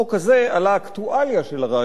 על האקטואליה של הרעיון הסוציאליסטי.